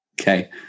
Okay